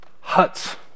huts